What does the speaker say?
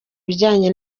bijyanye